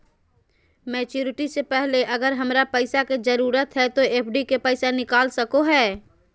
Maturity से पहले अगर हमरा पैसा के जरूरत है तो एफडी के पैसा निकल सको है?